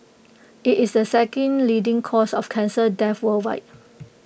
IT is the second leading cause of cancer death worldwide